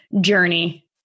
journey